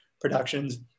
productions